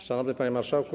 Szanowny Panie Marszałku!